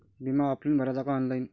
बिमा ऑफलाईन भराचा का ऑनलाईन?